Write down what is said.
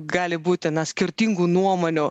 gali būti na skirtingų nuomonių